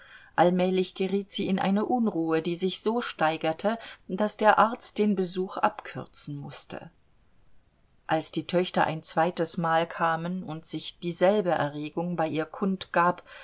allmählich geriet sie in eine unruhe die sich so steigerte daß der arzt den besuch abkürzen mußte als die töchter ein zweites mal kamen und sich dieselbe erregung bei ihr kund gab